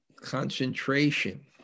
concentration